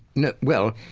no, well,